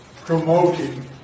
Promoting